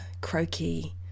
croaky